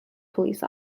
police